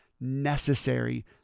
necessary